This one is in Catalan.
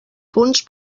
punts